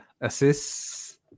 assists